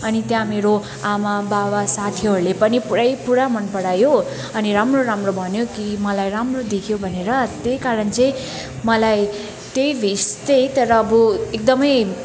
अनि त्यहाँ मेरो आमा बाबा साथीहरूले पनि पुरै पुरा मन परायो अनि राम्रो राम्रो भन्यो कि मलाई राम्रो देख्यो भनेर त्यही कारण चाहिँ मलाई त्यही भेस्ट चाहिँ तर अब एकदमै